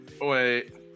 Wait